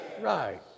Right